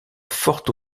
forte